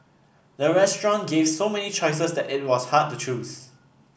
the restaurant gave so many choices that it was hard to choose